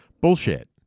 Bullshit